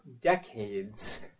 decades